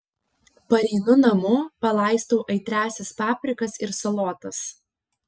pareinu namo palaistau aitriąsias paprikas ir salotas